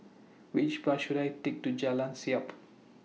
Which Bus should I Take to Jalan Siap